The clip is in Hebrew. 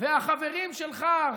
ושהחברים שלך,